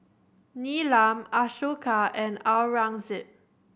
Neelam Ashoka and Aurangzeb